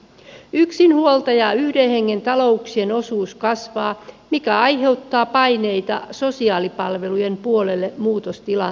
yksinhuoltaja ja yhden hengen talouksien osuus kasvaa mikä aiheuttaa paineita sosiaalipalvelujen puolelle muutostilanteissa